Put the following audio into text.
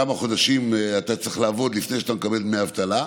כמה חודשים אתה צריך לעבוד לפני שאתה מקבל דמי אבטלה,